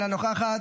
אינה נוכחת,